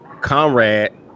comrade